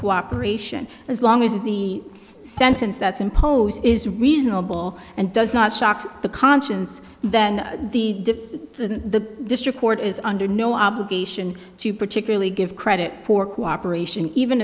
cooperation as long as the sentence that's imposed is reasonable and does not shocks the conscience then the the district court is under no obligation to particularly give credit for cooperation even